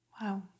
Wow